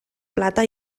plata